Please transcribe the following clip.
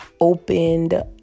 opened